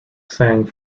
sang